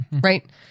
Right